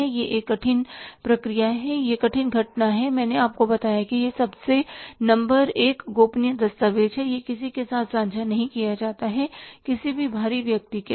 यह एक कठिन प्रक्रिया है यह कठिन घटना है और मैंने आपको बताया कि यह सबसे नंबर एक गोपनीय दस्तावेज़ है यह किसी के साथ साझा नहीं किया जाता है किसी भी बाहरी व्यक्ति के साथ